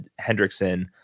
Hendrickson